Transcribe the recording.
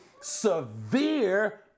severe